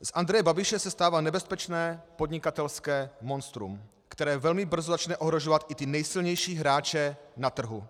Z Andreje Babiše se stává nebezpečné podnikatelské monstrum, které velmi brzo začne ohrožovat i ty nejsilnější hráče na trhu.